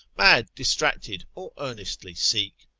mad, distracted, or earnestly seek.